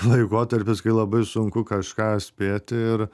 laikotarpis kai labai sunku kažką spėti ir